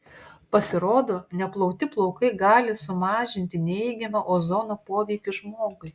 pasirodo neplauti plaukai gali sumažinti neigiamą ozono poveikį žmogui